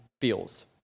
feels